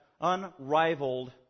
unrivaled